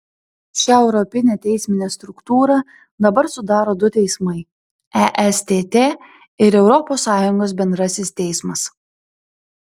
šią europinę teisminę struktūrą dabar sudaro du teismai estt ir europos sąjungos bendrasis teismas